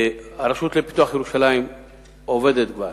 הרשות לפיתוח ירושלים עובדת כבר,